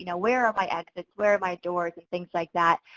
you know where are my exits, where are my doors, and things like that.